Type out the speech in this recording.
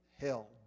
hell